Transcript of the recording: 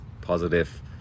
positive